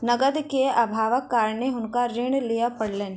नकद के अभावक कारणेँ हुनका ऋण लिअ पड़लैन